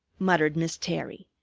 muttered miss terry,